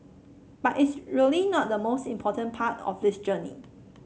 but it's really not the most important part of this journey